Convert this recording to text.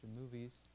movies